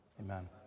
Amen